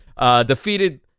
Defeated